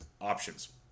options